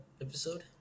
episode